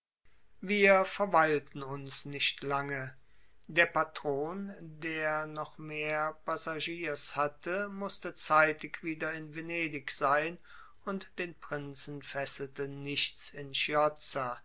wir verweilten uns nicht lange der patron der noch mehr passagiers hatte mußte zeitig wieder in venedig sein und den prinzen fesselte nichts in